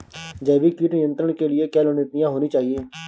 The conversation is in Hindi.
जैविक कीट नियंत्रण के लिए क्या रणनीतियां होनी चाहिए?